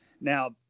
now